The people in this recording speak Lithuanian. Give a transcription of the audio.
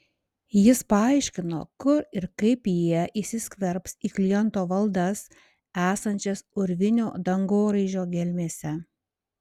jis paaiškino kur ir kaip jie įsiskverbs į kliento valdas esančias urvinio dangoraižio gelmėse